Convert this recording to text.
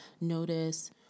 notice